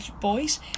boys